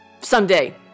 Someday